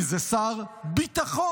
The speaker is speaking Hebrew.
כי זה שר ביטחון,